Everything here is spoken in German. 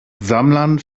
sammlern